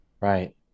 right